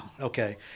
okay